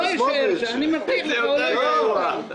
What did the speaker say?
אני מבטיח לך שהוא לא יישאר שר התחבורה.